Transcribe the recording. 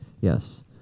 Yes